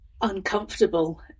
uncomfortable